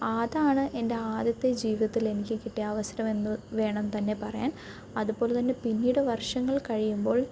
ആതാണ് എൻ്റെ ആദ്യത്തെ ജീവിതത്തിൽ എനിക്ക് കിട്ടിയ അവസരമെന്നു വേണം തന്നെ പറയാൻ അതുപോലെതന്നെ പിന്നീട് വർഷങ്ങൾ കഴിയുമ്പോൾ